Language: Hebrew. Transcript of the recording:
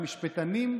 המשפטנים,